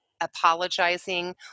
apologizing